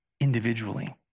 individually